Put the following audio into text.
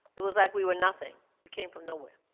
it was like we were nothing. we came from nowhere.